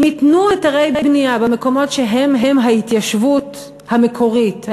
אם ייתנו היתרי בנייה במקומות שהם-הם ההתיישבות המקורית,